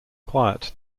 quiet